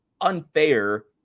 unfair